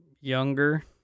younger